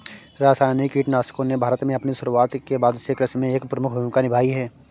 रासायनिक कीटनाशकों ने भारत में अपनी शुरूआत के बाद से कृषि में एक प्रमुख भूमिका निभाई हैं